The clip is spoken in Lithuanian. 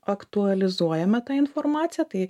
aktualizuojame tą informaciją tai